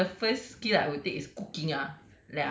obviously the first skill I will take is cooking ah